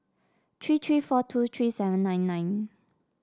three three four two three seven nine nine